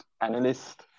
analyst